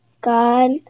God